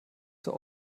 zur